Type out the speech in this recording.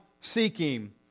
seeking